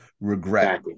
regret